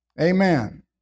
Amen